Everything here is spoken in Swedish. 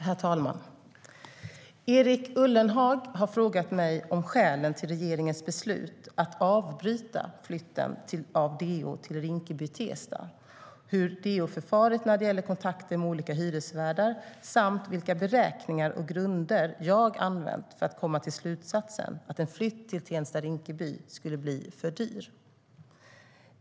Herr talman! Erik Ullenhag har frågat mig om skälen till regeringens beslut att avbryta flytten av DO till Rinkeby-Tensta, hur DO har förfarit när det gäller kontakter med olika hyresvärdar samt vilka beräkningar och grunder jag har använt för att komma till slutsatsen att en flytt till Rinkeby-Tensta skulle bli för dyr.